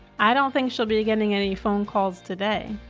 i don't think she'll be getting any phone calls today.